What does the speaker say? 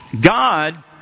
God